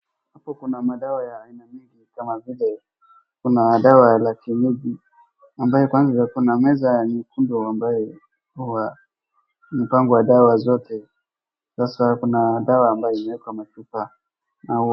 Hapa kuna madawa ya aina nyingi kama vile kuna dawa la kienyeji ambaye kwanza kuna meza nyekundu ambayo huwa imepangwa dawa zote. Sasa kuna dawa ambayo imeekwa machupa na...